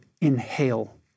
inhale